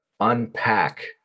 unpack